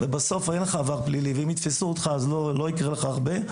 ובסוף אין לך עבר פלילי אז אם יתפסו אותך לא יקרה לך הרבה.